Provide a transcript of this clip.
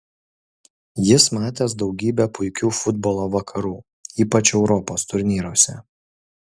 jis matęs daugybę puikių futbolo vakarų ypač europos turnyruose